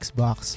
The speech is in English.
Xbox